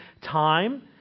time